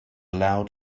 loud